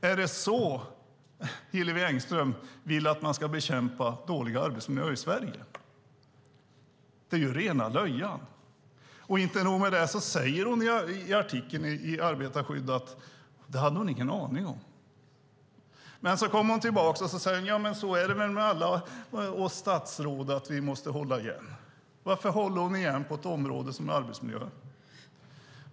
Är det så Hillevi Engström vill att man ska bekämpa dåliga arbetsmiljöer i Sverige? Det är ju rena löjan. Och inte nog med det - i artikeln i Arbetarskydd säger hon att hon inte hade en aning om detta. Men sedan kommer hon tillbaka och säger: Så är det väl med alla oss statsråd - vi måste hålla igen. Varför håller hon igen på ett område som arbetsmiljön?